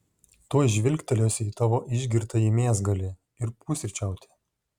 tuoj žvilgtelėsiu į tavo išgirtąjį mėsgalį ir pusryčiauti